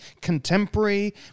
contemporary